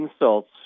insults